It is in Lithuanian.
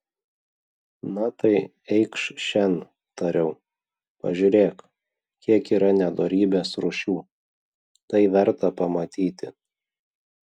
na tai eikš šen tariau pažiūrėk kiek yra nedorybės rūšių tai verta pamatyti